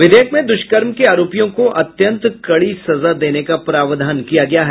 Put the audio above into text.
विधेयक में दुष्कर्म के आरोपियों को अत्यंत कड़ी सजा देने का प्रावधान किया गया है